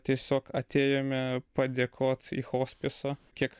tiesiog atėjome padėkot į hospisą kiek